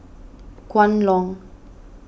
Kwan Loong